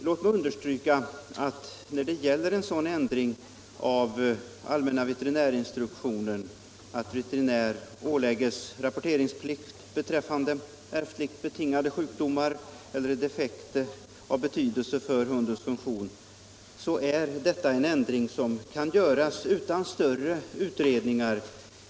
Låt mig understryka att när det gäller en sådan ändring av allmänna veterinärinstruktionen, där veterinär ålägges rapporteringsplikt beträffande ärftligt betingade sjukdomar eller defekter av betydelse för hundens funktion, är detta en ändring som kan göras utan större utredningar.